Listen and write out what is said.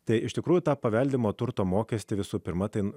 tai iš tikrųjų tą paveldimo turto mokestį visų pirma tai